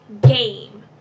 game